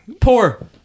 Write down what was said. Poor